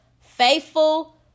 faithful